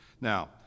now